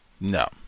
no